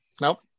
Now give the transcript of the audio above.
Nope